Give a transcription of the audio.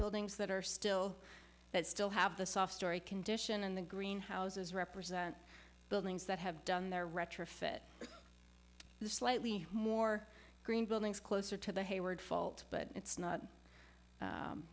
buildings that are still that still have the soft storey condition and the greenhouses represent buildings that have done their retrofit the slightly more green buildings closer to the hayward fault but it's not